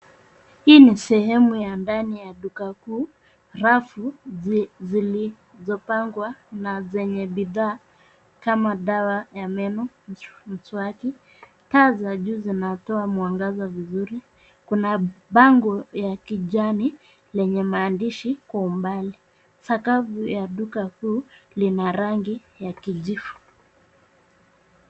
Hii ni sehemu ya ndani ya duka kuu, rafu zilizopangwa na zenye bidhaa kama dawa ya meno, mswaki. Taa za juu zinatoa mwangaza vizuri. Kuna bango ya kijani lenye maandishi kwa umbali. Sakafu ya duka kuu lina rangi ya kijivu.